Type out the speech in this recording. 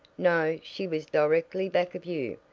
no, she was directly back of you,